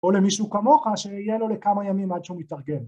או למישהו כמוך שיהיה לו לכמה ימים עד שהוא מתארגן